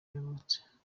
yavutse